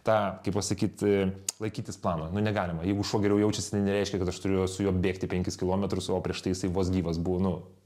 tą kaip pasakyt laikytis plano nu negalima jeigu šuo geriau jaučiasi tai nereiškia kad aš turiu su juo bėgti penkis kilometrus o prieš tai jisai vos gyvas buvo nu